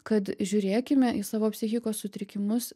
kad žiūrėkime į savo psichikos sutrikimus